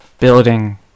building